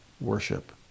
worship